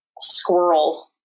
squirrel